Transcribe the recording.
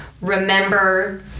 remember